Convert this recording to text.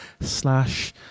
slash